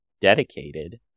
dedicated